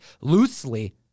loosely